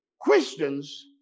Christians